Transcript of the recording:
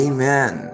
Amen